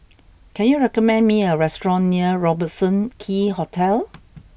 can you recommend me a restaurant near Robertson Quay Hotel